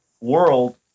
world